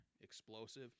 explosive